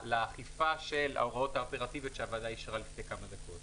לאכיפה של ההוראות האופרטיביות שהוועדה אישרה לפני כמה דקות.